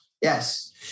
Yes